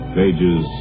pages